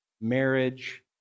marriage